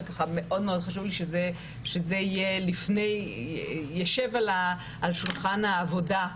מאוד חשוב לי שזה יישב על השולחן העבודה,